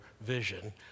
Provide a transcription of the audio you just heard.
vision